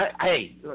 hey